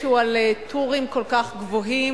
שהוא על טורים כל כך גבוהים,